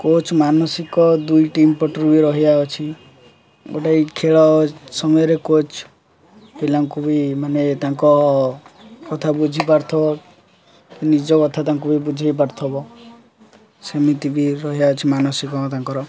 coach ମାନସିକ ଦୁଇ team ପଟରୁ ରହିିବା ଅଛି ଗୋଟେ ଖେଳ ସମୟରେ କୋଚ୍ ପିଲାଙ୍କୁ ବି ମାନେ ତାଙ୍କ କଥା ବୁଝି ପାରୁଥବ ନିଜ କଥା ତାଙ୍କୁ ବି ବୁଝାଇ ପାରୁଥବ ସେମିତି ବି ରହିବା ଅଛି ମାନସିକ ତାଙ୍କର